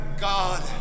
God